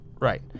right